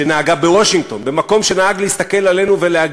בקלות, ואתם לא יודעים כמה אתם פוגעים בעצמכם.